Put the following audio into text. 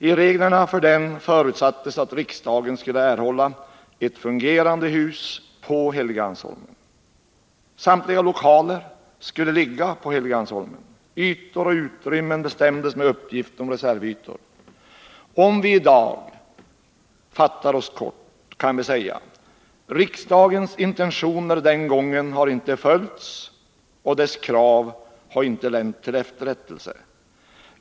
I reglerna för den förutsattes att riksdagen skulle erhålla 27 ett fungerande hus på Helgeandsholmen. Samtliga lokaler skulle ligga på Helgeandsholmen — ytor och utrymmen bestämdes med uppgift om reservytor. Om vi i dag fattar oss kort kan vi säga: Riksdagens intentioner den gången har inte följts och dess krav har inte länt till efterrättelse.